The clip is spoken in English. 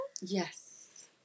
Yes